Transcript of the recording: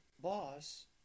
boss